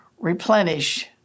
replenish